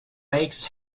makes